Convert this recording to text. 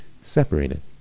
separated